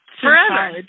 forever